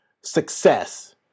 success